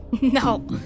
No